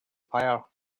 fire